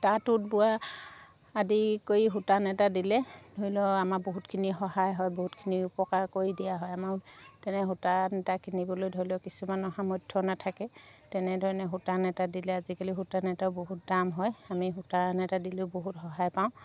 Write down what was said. তাঁত বোৱা আদি কৰি সূতা নেতা দিলে ধৰি লওক আমাৰ বহুতখিনি সহায় হয় বহুতখিনি উপকাৰ কৰি দিয়া হয় আমাৰ তেনে সূতা নেতা কিনিবলৈ ধৰি লওক কিছুমানৰ সামৰ্থ্য নাথাকে তেনেধৰণে সূতা নেতা দিলে আজিকালি সূতা নেতাও বহুত দাম হয় আমি সূতা নেতা দিলেও বহুত সহায় পাওঁ